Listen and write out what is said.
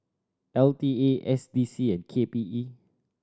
L T A S D C and K P E